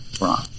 Ron